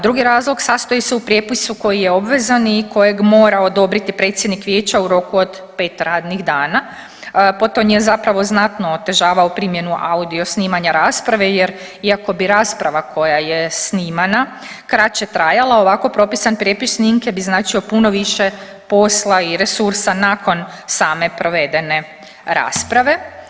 Drugi razlog sastoji se u prijepisu koji je obvezan i kojeg mora odobriti predsjednik vijeća u roku od 5 radnih dana, potonji je zapravo znatno otežavao primjenu audio snimanja rasprave jer iako bi rasprava koja je snimana kraće trajala ovako propisan prijepis snimke bi značio puno više posla i resursa nakon same provedene rasprave.